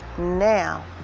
now